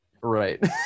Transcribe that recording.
Right